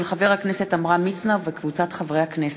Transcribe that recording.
של חבר הכנסת עמרם מצנע וקבוצת חברי הכנסת.